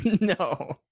No